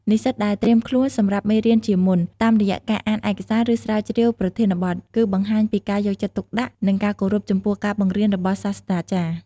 និស្សិតដែលត្រៀមខ្លួនសម្រាប់មេរៀនជាមុន តាមរយៈការអានឯកសារ ឬស្រាវជ្រាវប្រធានបទ គឺបង្ហាញពីការយកចិត្តទុកដាក់ និងការគោរពចំពោះការបង្រៀនរបស់សាស្រ្តាចារ្យ។